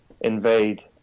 invade